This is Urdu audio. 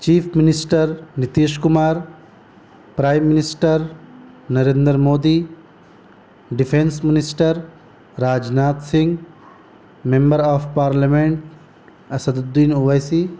chief minister Nitish Kumar prime minister Narendra Modi defence minister Raj Nath Singh member of parliament Asaduddin Owaisi